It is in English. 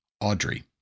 Audrey